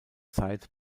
zeit